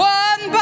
one